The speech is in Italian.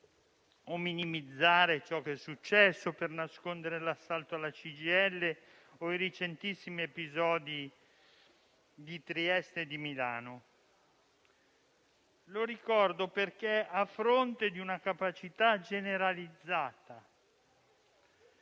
o minimizzare ciò che è successo o per nascondere l'assalto alla CGIL o i recentissimi episodi di Trieste e di Milano. Lo ricordo perché, a fronte di una capacità generalizzata